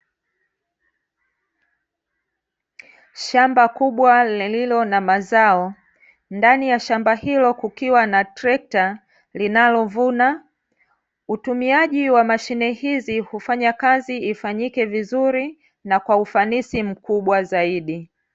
Shamba kubwa lililo na mazao, ndani ya shamba hilo kukiwa na trekta linalovuna. Utumiaji wa mashine hizi hufanya kazi ifanyike vizuri na kwa ufanisi mkubwa zaidi.